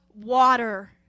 water